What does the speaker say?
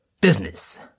Business